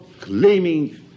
claiming